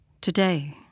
Today